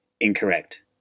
incorrect